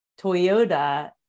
Toyota